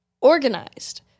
organized